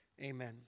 Amen